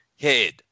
head